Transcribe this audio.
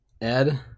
Ed